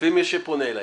לפי מי שפונה אלי.